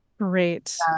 Great